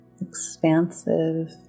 expansive